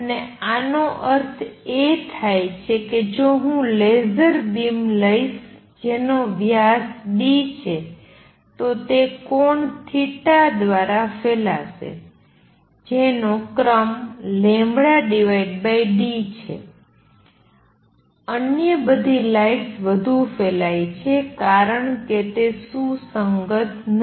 અને આનો અર્થ એ થાય છે કે જો હું લેસર બીમ લઈશ જેનો વ્યાસ d છે તો તે કોણ દ્વારા ફેલાશે જેનો ક્રમ λd છે અન્ય બધી લાઇટ્સ વધુ ફેલાય છે કારણ કે તે સુસંગત નથી